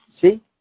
See